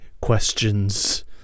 questions